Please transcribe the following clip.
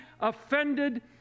offended